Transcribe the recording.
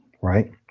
right